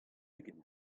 ugent